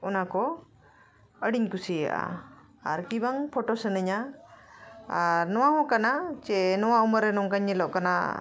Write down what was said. ᱚᱱᱟ ᱠᱚ ᱟᱹᱰᱤᱧ ᱠᱩᱥᱤᱭᱟᱜᱼᱟ ᱟᱨ ᱠᱤᱵᱟᱝ ᱯᱷᱳᱴᱳ ᱥᱟᱹᱱᱟᱹᱧᱟ ᱟᱨ ᱱᱚᱣᱟ ᱦᱚᱸ ᱠᱟᱱᱟ ᱡᱮ ᱱᱚᱣᱟ ᱩᱢᱮᱨ ᱨᱮ ᱱᱚᱝᱠᱟᱧ ᱧᱮᱞᱚᱜ ᱠᱟᱱᱟ